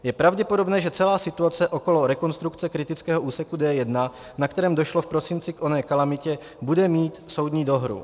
Je pravděpodobné, že celá situace okolo rekonstrukce kritického úseku D1, na kterém došlo v prosinci k oné kalamitě, bude mít soudní dohru.